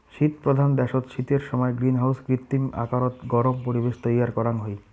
শীতপ্রধান দ্যাশত শীতের সমায় গ্রীনহাউসত কৃত্রিম আকারত গরম পরিবেশ তৈয়ার করাং হই